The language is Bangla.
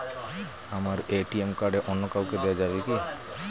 আমার এ.টি.এম কার্ড অন্য কাউকে দেওয়া যাবে কি?